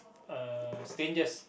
uh strangers